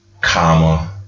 karma